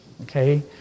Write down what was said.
okay